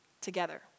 together